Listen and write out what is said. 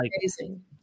amazing